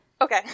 Okay